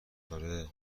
آره